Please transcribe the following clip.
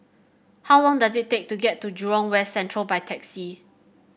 how long does it take to get to Jurong West Central by taxi